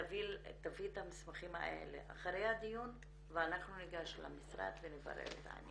תביא את המסמכים האלה אחרי הדיון ואנחנו ניגש למשרד ונברר את העניין.